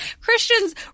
Christian's